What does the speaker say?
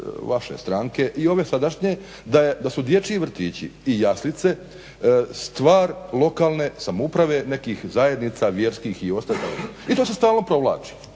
vaše stranke i ove sadašnje da su dječji vrtići i jaslice stvar lokalne samouprave, nekih zajednica vjerskih itd. i to se stalno provlači.